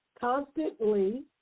constantly